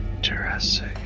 Jurassic